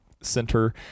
center –